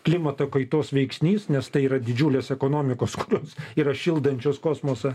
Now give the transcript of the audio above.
klimato kaitos veiksnys nes tai yra didžiulės ekonomikos kurios yra šildančios kosmosą